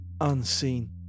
unseen